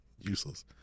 Useless